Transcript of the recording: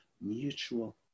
mutual